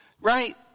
right